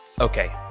Okay